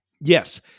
Yes